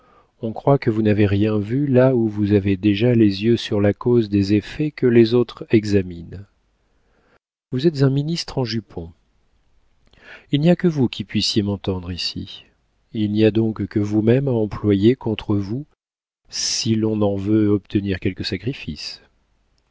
on croit que vous n'avez rien vu là où vous avez déjà les yeux sur la cause des effets que les autres examinent vous êtes un ministre en jupon il n'y a que vous qui puissiez m'entendre ici il n'y a donc que vous-même à employer contre vous si l'on en veut obtenir quelque sacrifice